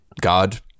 God